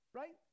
right